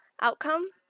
outcome